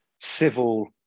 civil